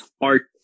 art